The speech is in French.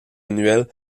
annuelle